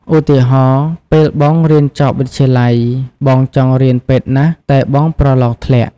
ឧទាហរណ៍ ពេលបងរៀនចប់វិទ្យាល័យ បងចង់រៀនពេទ្យណាស់ តែបងប្រឡងធ្លាក់។